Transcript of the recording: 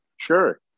Sure